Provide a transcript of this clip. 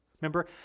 Remember